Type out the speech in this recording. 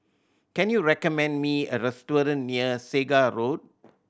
can you recommend me a restaurant near Segar Road